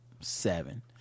seven